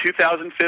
2015